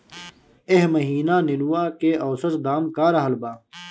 एह महीना नेनुआ के औसत दाम का रहल बा?